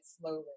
slowly